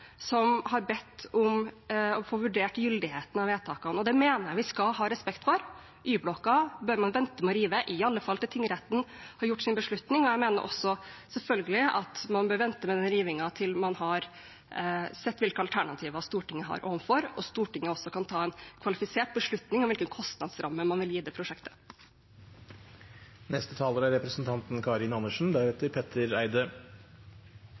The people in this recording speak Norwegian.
som har bedt om å få vurdert gyldigheten av vedtakene. Det mener jeg vi skal ha respekt for. Y-blokka bør man vente med å rive, i alle fall til tingretten har tatt sin beslutning. Jeg mener også selvfølgelig at man bør vente med rivingen til man har sett hvilke alternativer Stortinget står overfor, og til Stortinget også kan ta en kvalifisert beslutning om hvilken kostnadsramme man vil gi dette prosjektet. Først til tidspunktet da premisset ble lagt: Det er